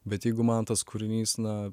bet jeigu man tas kūrinys na